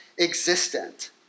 existent